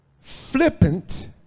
Flippant